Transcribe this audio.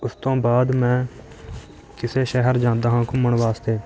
ਉਸ ਤੋਂ ਬਾਅਦ ਮੈਂ ਕਿਸੇ ਸ਼ਹਿਰ ਜਾਂਦਾ ਹਾਂ ਘੁੰਮਣ ਵਾਸਤੇ